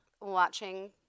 watching